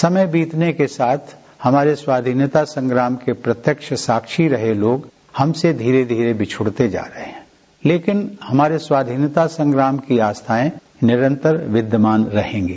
समय बीतने के साथ हमारे स्वाधीनता संग्राम के प्रत्यक्ष साक्षी रहे लोग हमसे धीरे धीरे बिछुड़ते जा रहे है लेकिन हमारे स्वाधीनता संग्राम की आस्थाएं निरन्तर विद्यमान रहेंगे